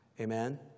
Amen